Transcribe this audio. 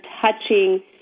touching